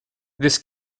this